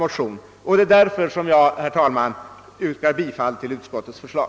Med åberopande av det anförda ber jag, herr talman, att få yrka bifall till utskottets förslag.